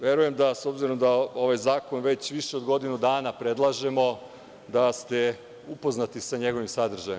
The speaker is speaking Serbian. Verujem da, s obzirom da ovaj zakon već više od godinu dana, predlažemo da ste upoznati sa njegovim sadržajem.